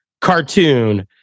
cartoon